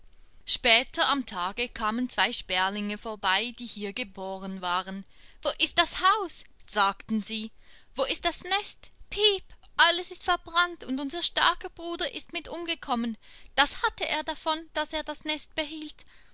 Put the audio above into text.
später am tage kamen zwei sperlinge vorbei die hier geboren waren wo ist das haus sagten sie wo ist das nest piep alles ist verbrannt und unser starker bruder ist mit umgekommen das hatte er davon daß er das nest behielt